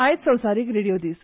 आयज संवसारीक रेडियो दीस